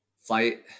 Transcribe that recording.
fight